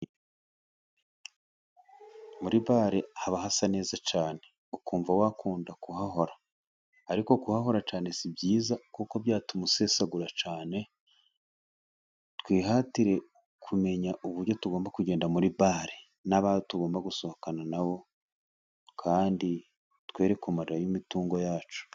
Muri bale haba hasa neza cyane, ukumva wakunda kuhahora, ariko kuhahora cyane si byiza, kuko byatuma, musesagura cyane, twihatire kumenya uburyo tugomba kugenda muri bale, n'abo tugomba gusohokana nabo, kandi twe ku marirayo imitungo yacu.